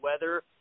weather